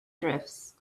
drifts